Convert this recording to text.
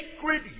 sacred